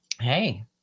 Hey